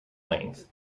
length